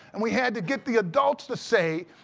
and we had to get the adults to say,